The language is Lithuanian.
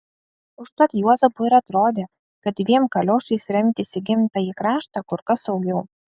užtat juozapui ir atrodė kad dviem kaliošais remtis į gimtąjį kraštą kur kas saugiau